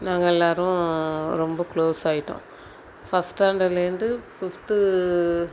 நாங்கள் எல்லோரும் ரொம்ப க்ளோஸ் ஆகிட்டோம் ஃபர்ஸ்ட் ஸ்டாண்டர்ட்லேருந்து ஃபிஃப்த்து